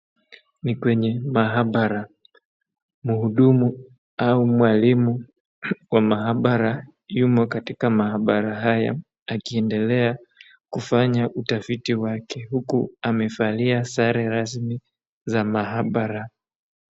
Ni kwenye maabara mhudumu au mwalimu wa maabara yuma katika aabara haya akiendelea kufanya utafiti wake huku amevalia sare rasmi za maabara.